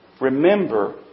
Remember